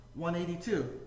182